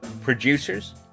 producers